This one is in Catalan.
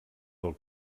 del